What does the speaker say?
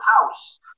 house